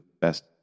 best